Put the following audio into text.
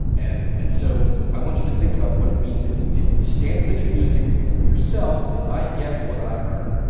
and and so, i want you to think about what it means if if the standard that you're using for yourself is i get what i earn,